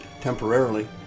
temporarily